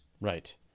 Right